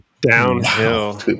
Downhill